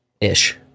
ish